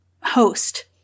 host